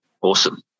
Awesome